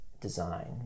design